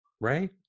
Right